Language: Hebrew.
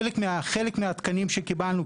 חלק מהתקנים שקיבלנו,